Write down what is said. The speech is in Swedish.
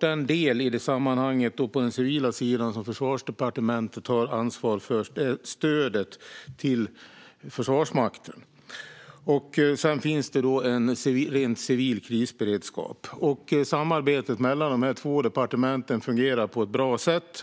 Den del som finns på den civila sidan och som Försvarsdepartementet har ansvar för är stödet till Försvarsmakten, och sedan finns det en rent civil krisberedskap. Samarbetet mellan de två departementen fungerar på ett bra sätt.